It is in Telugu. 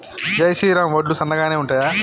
జై శ్రీరామ్ వడ్లు సన్నగనె ఉంటయా?